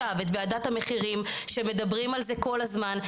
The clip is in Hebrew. את ועדת המחירים שמדברים עליה כל הזמן.